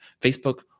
Facebook